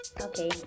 okay